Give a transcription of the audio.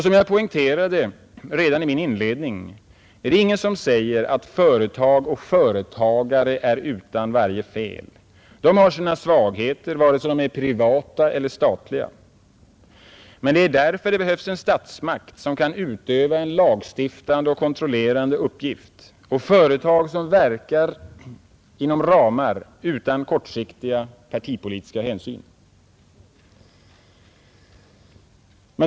Som jag poängterade redan i min inledning är det ingen som säger att företag och företagare är utan varje fel. De har sina svagheter vare sig de är privata eller statliga. Men det är därför det behövs en statsmakt som kan utöva en lagstiftande och kontrollerande uppgift och företag som verkar inom ramar utan kortsiktiga partipolitiska hänsyn.